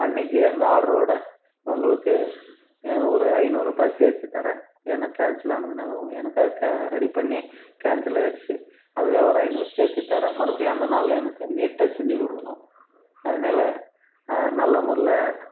அன்னைக்கு அந்த ஆர்ட்ரோட உங்களுக்கு ஒரு ஐநூறுபாய் சேர்த்து தரேன் ஏன்னா கேன்சல் ஆனதனால எனக்காக தான் ரெடிப் பண்ணி கேன்சல் ஆய்டுச்சு அதுக்காக ஒரு ஐநூறு சேர்த்தி தரேன் மறுபடியும் அந்த நாள்ல எனக்கு நீட்டாக செஞ்சுக் கொடுக்குணும் அதனால நல்ல முறையில்